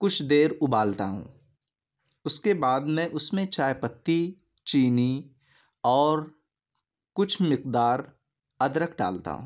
کچھ دیر ابالتا ہوں اس کے بعد میں اس میں چائے پتی چینی اور کچھ مقدار ادرک ڈالتا ہوں